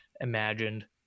imagined